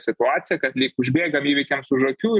situacija kad lyg užbėgam įvykiams už akių